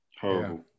Horrible